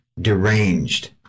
deranged